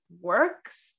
works